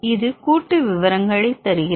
இது கூட்டு விவரங்களையும் தருகிறது